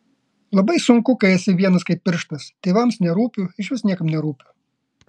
labai sunku kai esi vienas kaip pirštas tėvams nerūpiu išvis niekam nerūpiu